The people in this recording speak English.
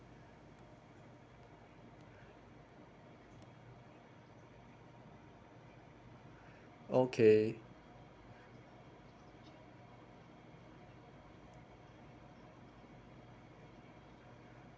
okay